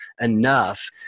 enough